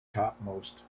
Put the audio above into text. topmost